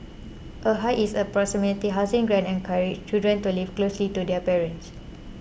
a hike is in proximity housing grant encourages children to live closely to their parents